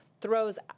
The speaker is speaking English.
throws